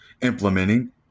implementing